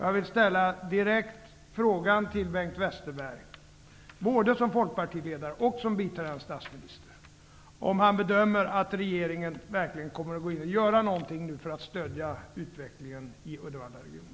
Jag vill ställa en direkt fråga till Bengt Westerbeg i hans egenskap både av folkpartiledare och av biträdande statsminister: Bedömer Bengt Westerberg det som att regeringen tänker gå in och göra någonting för att stödja utvecklingen i Uddevallaregionen?